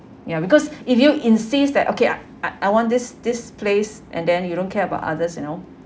ya because if you insist that okay I I I want this this place and then you don't care about others you know